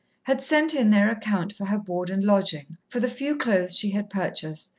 had sent in their account for her board and lodging, for the few clothes she had purchased,